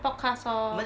podcast lor